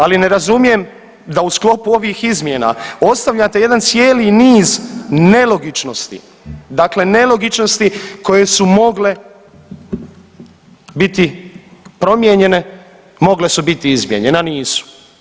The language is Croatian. Ali ne razumijem da u sklopu ovih izmjena ostavljate jedan cijeli niz nelogičnosti, dakle nelogičnosti koje su mogle biti promijenjene, mogle su biti izmijenjene, a nisu.